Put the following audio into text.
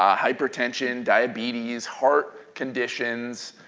um hypertension, diabetes, heart conditions.